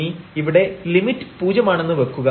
ഇനി ഇവിടെ ലിമിറ്റ് പൂജ്യം ആണെന്ന് വെക്കുക